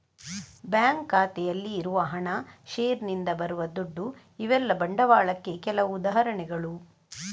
bank ಖಾತೆಯಲ್ಲಿ ಇರುವ ಹಣ, ಷೇರಿನಿಂದ ಬರುವ ದುಡ್ಡು ಇವೆಲ್ಲ ಬಂಡವಾಳಕ್ಕೆ ಕೆಲವು ಉದಾಹರಣೆಗಳು